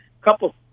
Couple